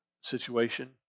situation